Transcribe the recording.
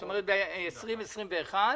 זאת אומרת, ב-2021 -- כ-.